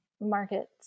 markets